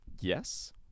yes